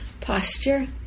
posture